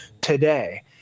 today